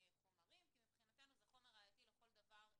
חומרים כי מבחינתנו זה חומר ראייתי לכל דבר ועניין.